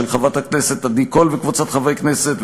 של חברת הכנסת עדי קול וקבוצת חברי הכנסת,